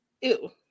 Ew